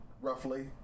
roughly